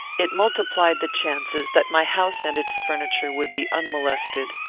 it multiplied the chances that my house and its furniture would be unmolested.